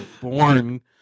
born